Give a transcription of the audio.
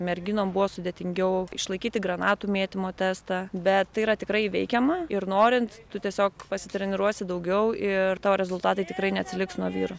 merginom buvo sudėtingiau išlaikyti granatų mėtymo testą bet tai yra tikrai įveikiama ir norint tu tiesiog pasitreniruosi daugiau ir tavo rezultatai tikrai neatsiliks nuo vyrų